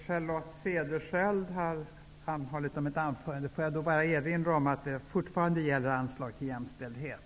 Jag vill erinra Charlotte Cederschiöld om att debatten fortfarande gäller anslag till jämställdhet.